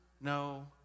no